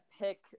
pick